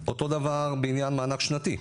אותו דבר בעניין מענק שנתי,